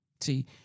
See